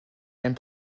and